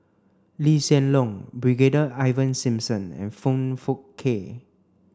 Lee Hsien Loong Brigadier Ivan Simson and Foong Fook Kay